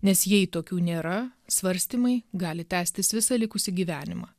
nes jei tokių nėra svarstymai gali tęstis visą likusį gyvenimą